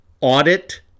audit